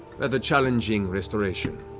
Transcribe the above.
rather challenging restoration.